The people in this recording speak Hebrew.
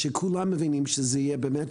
שכולם מבינים שיהיה באמת